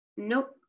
nope